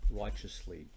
righteously